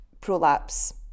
prolapse